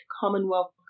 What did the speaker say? Commonwealth